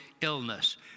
illness